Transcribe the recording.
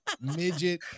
midget